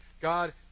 God